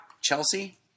Chelsea